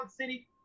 City